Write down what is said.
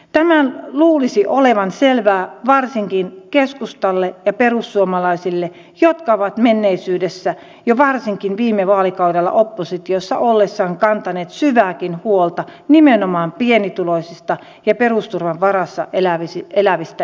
tämän luulisi olevan selvää varsinkin keskustalle ja perussuomalaisille jotka ovat menneisyydessä ja varsinkin viime vaalikaudella oppositiossa ollessaan kantaneet syvääkin huolta nimenomaan pienituloisista ja perusturvan varassa elävistä ihmisistä